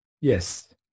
Yes